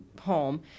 home